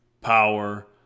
power